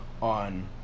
on